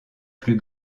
plus